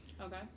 okay